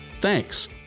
Thanks